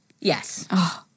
Yes